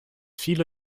viele